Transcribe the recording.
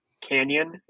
canyon